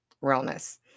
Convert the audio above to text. realness